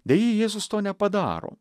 deja jėzus to nepadaro